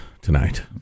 tonight